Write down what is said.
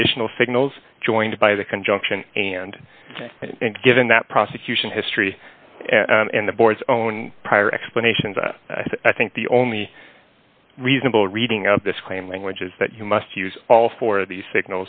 additional signals joined by the conjunction and given that prosecution history in the board's own prior explanations i think the only reasonable reading of this claim language is that you must use all four of these